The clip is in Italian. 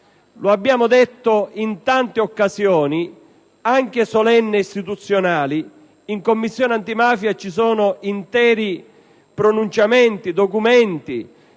Lo abbiamo detto in tante occasioni, anche solenni e istituzionali. In Commissione antimafia ci sono numerosi documenti